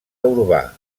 urbà